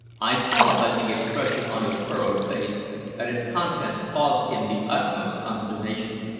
i saw by the expression on his furrowed face that its contents caused him the utmost consternation.